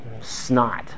snot